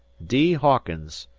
d. hawkins,